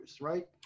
right